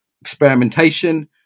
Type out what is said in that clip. experimentation